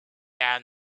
down